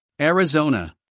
Arizona